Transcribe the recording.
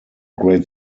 great